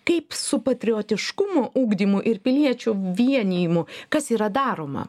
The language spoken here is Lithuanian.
kaip su patriotiškumo ugdymu ir piliečių vienijimu kas yra daroma